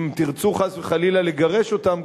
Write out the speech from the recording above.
אם תרצו חס וחלילה לגרש אותם,